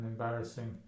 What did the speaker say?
embarrassing